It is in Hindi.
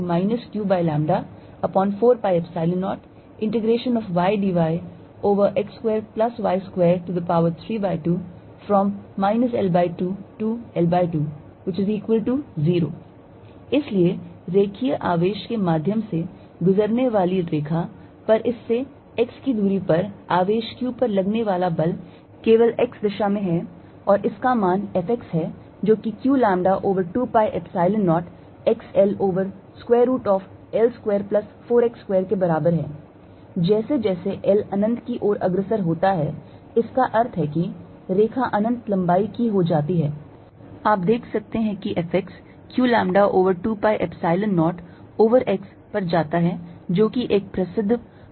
Fy qλ4π0 L2L2ydyx2y2320 इसलिए रेखीय आवेश के मध्य से गुजरने वाली रेखा पर इससे x दूरी पर आवेश q पर लगने वाला बल केवल x दिशा में है और इसका मान F x है जो कि q lambda over 2 pi Epsilon 0 x L over square root of L square plus 4 x square के बराबर हैl जैसे जैसे L अनंत की ओर अग्रसर होता है इसका अर्थ है कि रेखा अनंत लंबाई की हो जाती है आप देख सकते हैं कि F x q lambda over 2 pi Epsilon 0 l over x पर जाता है जो एक प्रसिद्ध परिणाम है